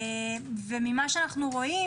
וממה שאנו רואים